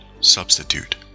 substitute